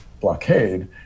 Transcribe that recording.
blockade